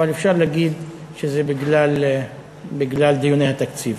אבל אפשר להגיד שזה בגלל דיוני התקציב.